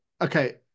okay